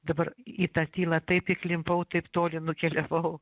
dabar į tą tylą taip įklimpau taip toli nukeliavau